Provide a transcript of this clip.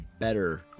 better